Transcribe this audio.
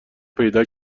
پیدا